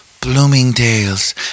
Bloomingdales